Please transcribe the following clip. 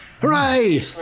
Hooray